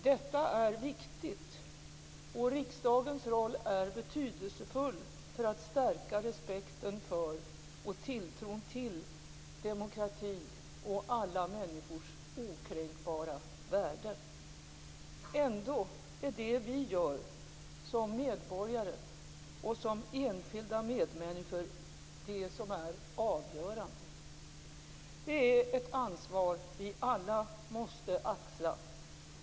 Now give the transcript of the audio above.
Detta är viktigt, och riksdagens roll är betydelsefull för att stärka respekten för och tilltron till demokrati och alla människors okränkbara värde. Ändå är det vi gör, som medborgare och som enskilda medmänniskor, det som är avgörande. Det är ett ansvar vi alla måste axla.